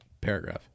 paragraph